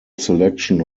selection